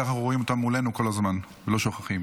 כך אנחנו רואים אותם מולנו כל הזמן ולא שוכחים.